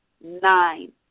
nine